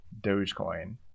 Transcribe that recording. Dogecoin